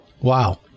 Wow